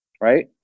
Right